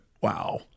Wow